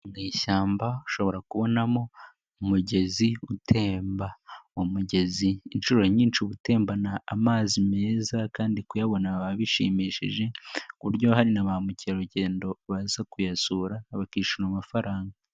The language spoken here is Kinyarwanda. Mu ishyamba ushobora kubonamo umugezi utemba, umugezi inshuro nyinshi uba utembana amazi meza kandi kuyabona biba bishimishije ku buryo hari na ba mukerarugendo baza kuyasura bakishyura amafaranga.